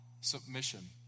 submission